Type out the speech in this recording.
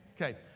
Okay